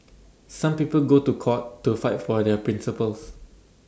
some people go to court to fight for their principles